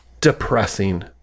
Depressing